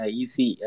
easy